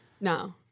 No